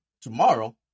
tomorrow